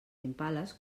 impales